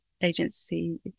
agency